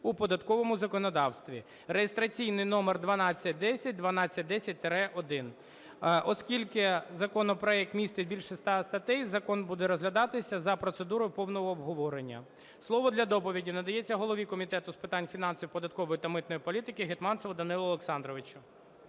у податковому законодавстві (реєстраційний номер 1210, 1210-1). Оскільки законопроект містить більше 100 статей, закон буде розглядатися за процедурою повного обговорення. Слово для доповіді надається голові Комітету з питань фінансів, податкової та митної політики Гетманцеву Данилу Олександровичу.